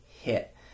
HIT